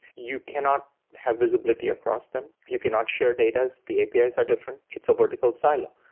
you cannot have visibility across them. you cannot share datas. the apis are different. it's a vertical silo.